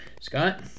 Scott